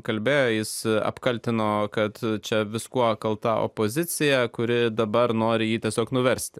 kalbėjo jis apkaltino kad čia viskuo kalta opozicija kuri dabar nori jį tiesiog nuversti